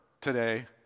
today